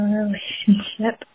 relationship